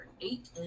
eight